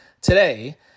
today